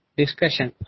discussion